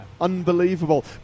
Unbelievable